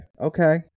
Okay